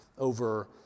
over